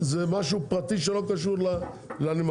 משהו פרטי שלא קשור לנמלים.